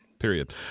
Period